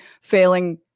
failing